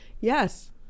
yes